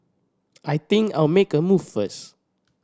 I think I'll make a move first